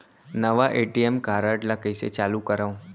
नवा ATM card ल कइसे चालू करव?